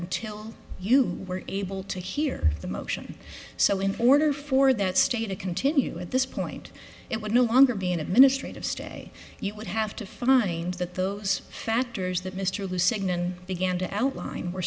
until you were able to hear the motion so in order for that state to continue at this point it would no longer be an administrative stay you would have to find that those factors that mr lew signon began to outline were